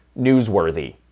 newsworthy